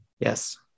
Yes